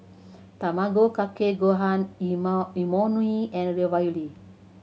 Tamago Kake Gohan Imoni and Ravioli